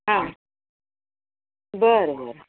हां बरं बरं